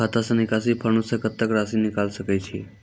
खाता से निकासी फॉर्म से कत्तेक रासि निकाल सकै छिये?